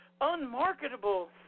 unmarketable